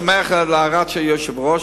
אני שמח על ההערה של היושב-ראש.